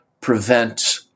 prevent